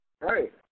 Right